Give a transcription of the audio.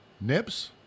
Nips